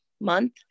Month